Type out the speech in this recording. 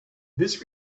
this